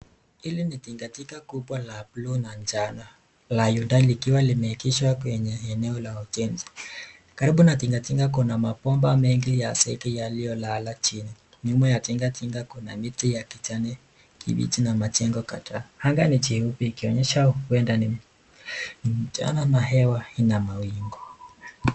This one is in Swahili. Hili ni tinga tinga kubwa la blue na njano, la hyundai likiwa limeegeshwa kwenye eneo la ujenzi. Karibu na tinga tinga kuna mabomba mengi ya zege yaliolala chini, nyuma ya tinga tinga kuna miti ya kijani kibichi na majengo kadhaa. Angaa ni jeupe ikionyesha huenda ni mchana na hewa ina mawingu.